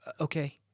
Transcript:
okay